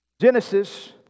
Genesis